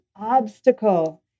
obstacle